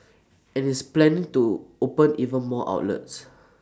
and it's planning to open even more outlets